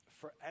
forever